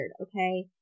Okay